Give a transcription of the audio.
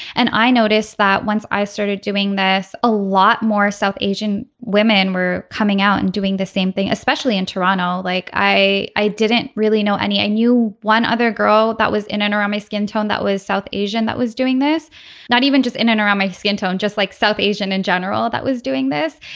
and i noticed that once i started doing this a lot more south asian women were coming out and doing the same thing especially in toronto. like i i didn't really know any i knew one other girl that was in and around my skin tone that was south asian that was doing this not even just in and around my skin tone just like south asian in general that was doing this.